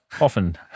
often